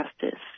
Justice